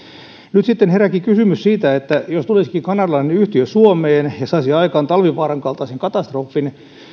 nyt sitten herääkin kysymys siitä jos tulisikin kanadalainen yhtiö suomeen ja saisi aikaan talvivaaran kaltaisen katastrofin